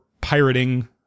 pirating